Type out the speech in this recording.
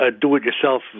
do-it-yourself